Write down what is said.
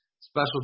special